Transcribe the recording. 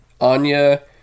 Anya